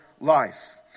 life